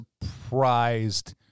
surprised